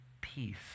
peace